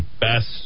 best